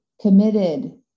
committed